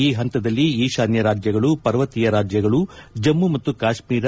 ಈ ಹಂತದಲ್ಲಿ ಈಶಾನ್ಯ ರಾಜ್ಯಗಳು ಪರ್ವತೀಯ ರಾಜ್ಯಗಳು ಜಮ್ಮು ಮತ್ತು ಕಾಶ್ಮೀರ